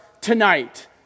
Tonight